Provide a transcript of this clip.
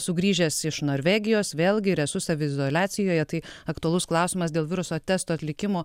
sugrįžęs iš norvegijos vėlgi ir esu saviizoliacijoje tai aktualus klausimas dėl viruso testo atlikimo